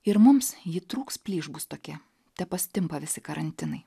ir mums ji trūks plyš bus tokia tepastimpa visi karantinai